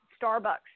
Starbucks